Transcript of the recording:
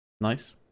Nice